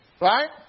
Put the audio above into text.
Right